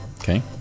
Okay